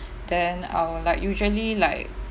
then I'll like usually like